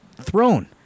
throne